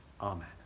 Amen